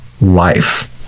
life